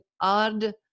odd